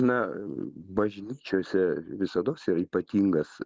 na bažnyčiose visados yra ypatingas